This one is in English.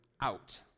out